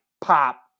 pop